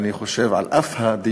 אני חושב שעל אף הדיון,